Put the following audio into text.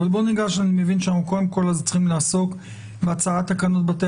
אבל אני מבין שאנחנו קודם כל צריכים לעסוק בהצעת תקנות בתי